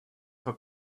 for